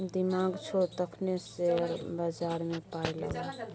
दिमाग छौ तखने शेयर बजारमे पाय लगा